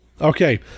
Okay